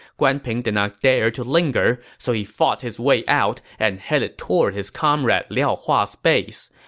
guan ping did not dare to linger, so he fought his way out and headed toward his comrade liao hua's base.